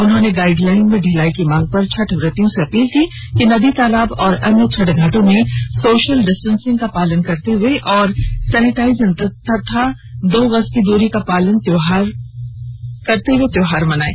उन्होंने गाइडलाइन में ढिलाई की मांग पर छठ व्रतियों से अपील की कि नदी तालाब और अन्य छठ घाटों में सोषल डिस्टेसिंग सैनिटाइजेषन और दो गज की दूरी का पालन करते हुए त्योहार को मनाये